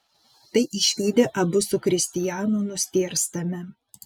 tai išvydę abu su kristianu nustėrstame